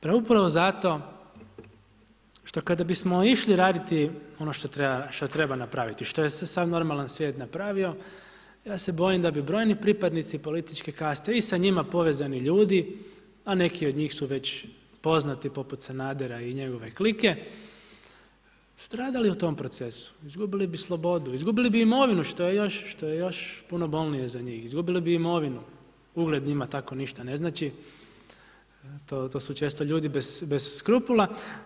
Pa upravo zato što kada bismo išli raditi ono što treba napraviti što je sav normalan svijet napravio ja se bojim da bi brojni pripadnici političke kaste i sa njima povezani ljudi a neki od njih su već poznati poput Sanadera i njegove klike stradali u tom procesu, izgubili bi slobodu, izgubili bi imovinu što je još, što je još puno bolnije za njih, izgubili bi imovinu, ugled njima tako ništa ne znači, to su često ljudi bez skrupula.